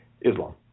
Islam